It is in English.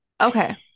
Okay